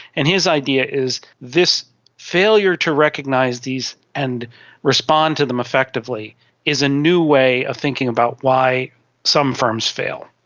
and his idea is this failure to recognise these and respond to them effectively is a new way of thinking about why some firms fail.